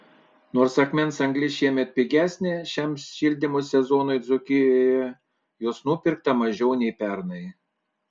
nors akmens anglis šiemet pigesnė šiam šildymo sezonui dzūkijoje jos nupirkta mažiau nei pernai